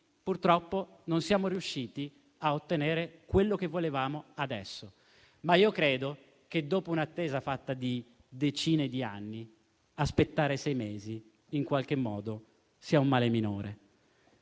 purtroppo non siamo riusciti a ottenere quello che volevamo adesso. Credo però che, dopo un'attesa fatta di decine di anni, aspettare sei mesi in qualche modo sia un male minore.